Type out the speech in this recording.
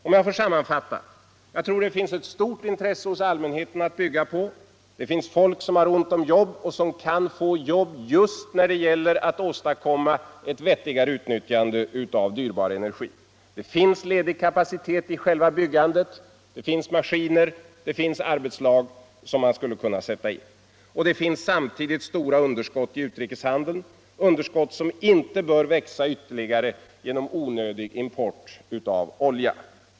Om jag får sammanfatta: Jag tror att det är stort intresse hos allmänheten att bygga på. Det finns folk som har ont om jobb och som kan få jobb just när det gäller att åstadkomma ett vettigare utnyttjande av dyrbar energi. Det finns ledig kapacitet i själva byggandet, det finns maskiner och arbetslag som man skulle kunna sätta in. Samtidigt finns det stora underskott i utrikeshandeln, underskott som inte bör växa ytterligare genom onödig import av olja.